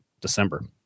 December